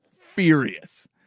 furious